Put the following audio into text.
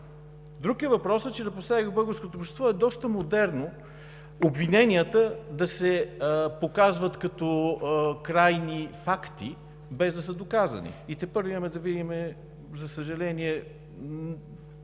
Друг е въпросът, че напоследък българското общество е доста модерно – обвиненията се показват като крайни факти, без да са доказани и тепърва имаме да видим, за съжаление,